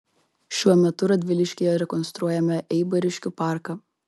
šiuo metu radviliškyje rekonstruojame eibariškių parką